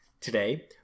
Today